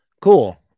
cool